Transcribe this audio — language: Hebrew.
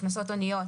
הכנסות הוניות